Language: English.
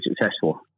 successful